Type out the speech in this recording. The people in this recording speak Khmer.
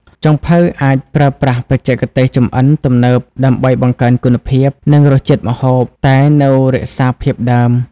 ចុងភៅអាចប្រើប្រាស់បច្ចេកទេសចម្អិនទំនើបដើម្បីបង្កើនគុណភាព និងរសជាតិម្ហូប តែនៅរក្សាភាពដើម។